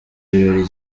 birori